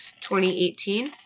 2018